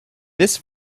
this